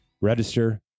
Register